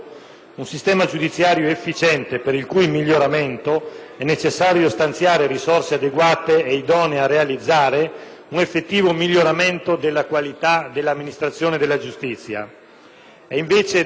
è necessario stanziare risorse adeguate e idonee a realizzare un effettivo miglioramento della qualità dell'amministrazione della giustizia. Invece, dobbiamo osservare che in questo disegno di legge di bilancio